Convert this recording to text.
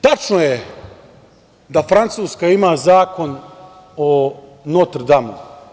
Tačno je da Francuska ima Zakon o Notr Damu.